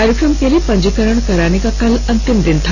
कार्यक्रम के लिए पंजीकरण कराने का कल अंतिम दिन था